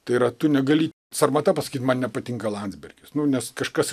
tai yra tu negali sarmata pasakyt man nepatinka landsbergis nes kažkas